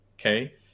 okay